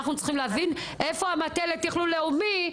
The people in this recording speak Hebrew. אנחנו צריכים להבין איפה המטה לתכלול לאומי.